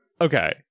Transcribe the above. Okay